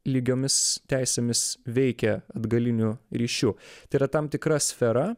lygiomis teisėmis veikia atgaliniu ryšiu tai yra tam tikra sfera